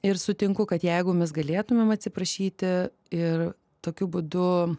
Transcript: ir sutinku kad jeigu mes galėtumėm atsiprašyti ir tokiu būdu